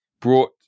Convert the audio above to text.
brought